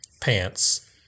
pants